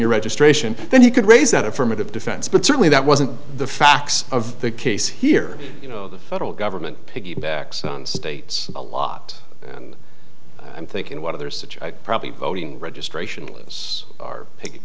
your registration then he could raise an affirmative defense but certainly that wasn't the facts of the case here you know the federal government piggybacks on states a lot i'm thinking what others probably voting registration lists are